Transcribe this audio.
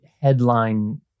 headline